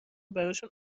براشون